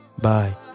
Bye